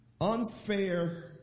unfair